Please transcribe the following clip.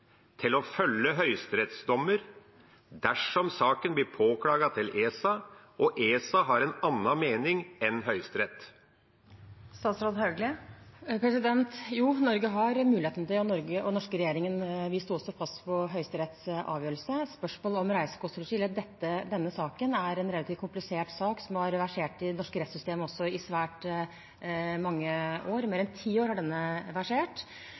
til å følge Høyesteretts dommer dersom saken blir påklaget til ESA og ESA har en annen mening enn Høyesterett? Jo, Norge har en mulighet, og den norske regjeringen sto også fast på Høyesteretts avgjørelse i spørsmålet om reise, kost og losji. Dette er en relativt komplisert sak, som har versert i det norske rettssystemet i svært mange år – i mer enn ti år har den versert